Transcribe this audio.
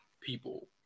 people